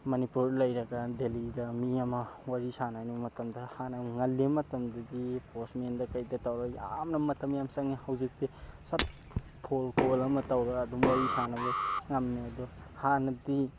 ꯃꯅꯤꯄꯨꯔꯗ ꯂꯩꯔꯒ ꯗꯦꯜꯂꯤꯗ ꯃꯤ ꯑꯃ ꯋꯥꯔꯤ ꯁꯥꯟꯅꯅꯤꯡꯕ ꯃꯇꯝꯗ ꯍꯥꯟꯅ ꯉꯜꯂꯤꯉꯩ ꯃꯇꯝꯗꯗꯤ ꯄꯣꯁꯃꯦꯟꯗ ꯀꯩꯗ ꯇꯧꯔꯒ ꯌꯥꯝꯅ ꯃꯇꯝ ꯌꯥꯝꯅ ꯆꯪꯏ ꯍꯧꯖꯤꯛꯇꯤ ꯁꯠ ꯐꯣꯟ ꯀꯣꯜ ꯑꯃ ꯇꯧꯔꯒ ꯑꯗꯨꯝ ꯋꯥꯔꯤ ꯁꯥꯟꯅꯕ ꯉꯝꯃꯦ ꯑꯗꯣ ꯍꯥꯟꯅꯗꯤ